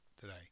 today